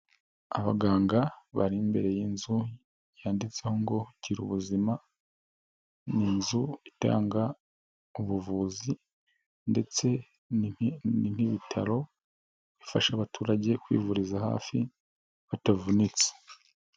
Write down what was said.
Abaganga bari imbere y'inzu, yanditseho ngo girubuzima, ni inzu itanga ubuvuzi ndetse ni nk'ibitaro, bifasha abaturage kwivuriza hafi, batavunitse.